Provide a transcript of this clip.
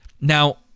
Now